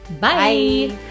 Bye